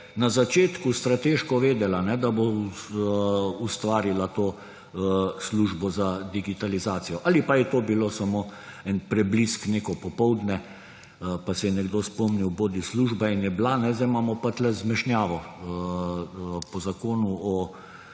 na začetku strateško vedela, da bo ustvarila to službo za digitalizacijo, ali pa je to bilo samo en preblisk neko popoldne, pa se je nekdo spomnil, bodi služba in je bila, zdaj imamo pa tukaj zmešnjavo po Zakonu o